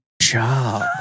job